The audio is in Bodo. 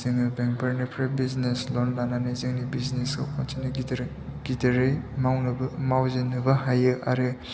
जोङो बेंकफोरनिफ्राय बिजनेस ल'न लानानै जोंनि बिजनेसखौ खनसेनो गिदिरै मावजेननोबो हायो आरो